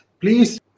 Please